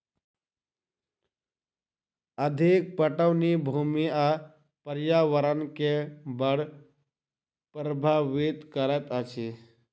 अधिक पटौनी भूमि आ पर्यावरण के बड़ प्रभावित करैत अछि